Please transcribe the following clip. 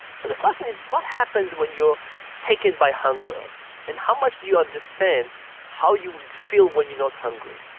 so the question is what happens when you're taken by hunger and how much do you understand how you would feel when you are not hungry?